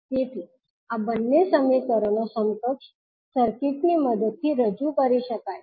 તેથી આ બંને સમીકરણો સમકક્ષ સર્કિટની મદદથી રજૂ કરી શકાય છે